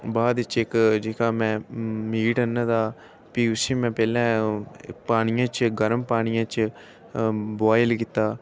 बाद च इक जेह्का में मीट आह्न्ने दा भी उसी में पैह्लें पानियै च गर्म पानियै च बोआयल कीता